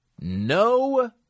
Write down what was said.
no